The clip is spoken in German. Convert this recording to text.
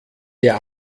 der